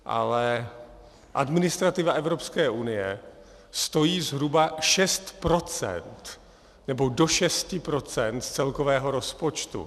Ale administrativa Evropské unie stojí zhruba 6 %, nebo do 6 % z celkového rozpočtu.